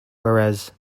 whereas